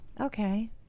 Okay